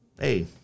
hey